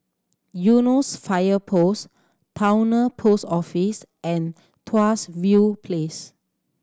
Eunos Fire Post Towner Post Office and Tuas View Place